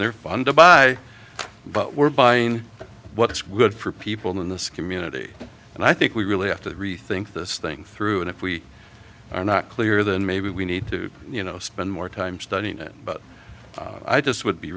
they're funded by but we're buying what's good for people in this community and i think we really have to rethink this thing through and if we are not clear than maybe we need to you know spend more time studying it but i just would be